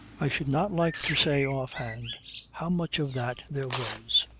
i should not like to say off-hand how much of that there was,